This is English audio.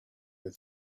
with